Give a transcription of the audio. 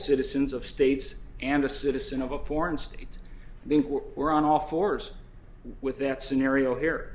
citizens of states and a citizen of a foreign state i think we're on all fours with that scenario here